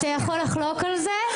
להלן תרגומם: אתה יכול לחלוק על זה.